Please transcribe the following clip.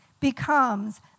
Becomes